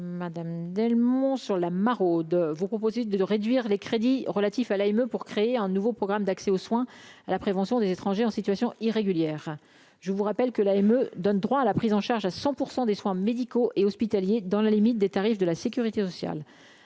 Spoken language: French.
Madame Delmont sur la maraude, vous proposez de réduire les crédits relatifs à l'ANPE pour créer un nouveau programme d'accès aux soins, à la prévention des étrangers en situation irrégulière, je vous rappelle que, elle me donne droit à la prise en charge à 100 % des soins médicaux et hospitaliers, dans la limite des tarifs de la Sécurité sociale,